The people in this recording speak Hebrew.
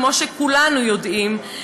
כמו שכולנו יודעים,